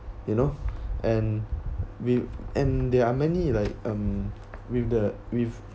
you know and with and there are many like um with the with